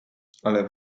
ale